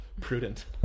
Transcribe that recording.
Prudent